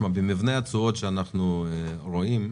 במבנה התשואות שאנחנו רואים,